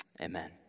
amen